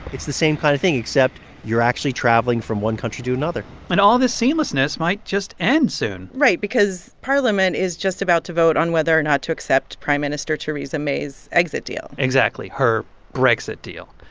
it's the same kind of thing, except you're actually traveling from one country to another and all this seamlessness might just end soon right. because parliament is just about to vote on whether or not to accept prime minister theresa may's exit deal exactly her brexit deal.